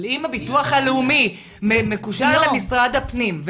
אבל אם הביטוח הלאומי מקושר למשרד הפנים,